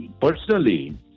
personally